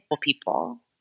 people